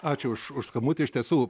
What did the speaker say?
ačiū už skambutį iš tiesų